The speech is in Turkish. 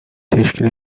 teşkil